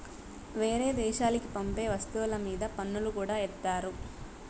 వేరే దేశాలకి పంపే వస్తువుల మీద పన్నులు కూడా ఏత్తారు